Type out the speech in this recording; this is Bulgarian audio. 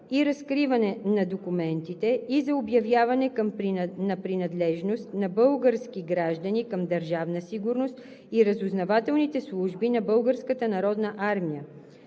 и разкриване на документите и за обявяване на принадлежност на български граждани към Държавна сигурност и разузнавателните служби на